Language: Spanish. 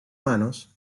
manos